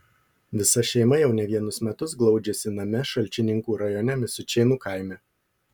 visa šeima jau ne vienus metus glaudžiasi name šalčininkų rajone misiučėnų kaime